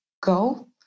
go